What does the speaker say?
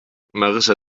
marissa